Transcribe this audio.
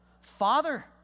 Father